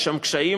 יש שם קשיים,